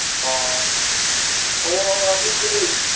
ꯑꯣ ꯍꯣ ꯑꯗꯨꯗꯤ